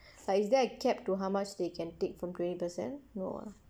like is there a cap to how much they can take from twenty percent no ah